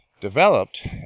developed